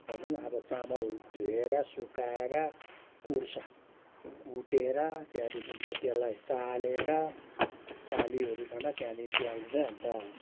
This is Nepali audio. भनौँ अब चामल धुएर सुकाएर कुट्छ कुटेर त्यहाँदेखि चाहिँ त्यसलाई चालेर चालिओरिकन त्यहाँदेखि अन्त